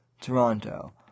Toronto